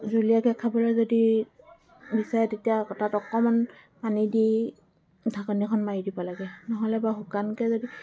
জুলীয়াকৈ খাবলৈ যদি বিচাৰে তেতিয়া তাত অকণমান পানী দি ঢাকনিখন মাৰি দিব লাগে নহ'লেবা শুকানকৈ যদি